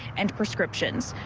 and prescriptions.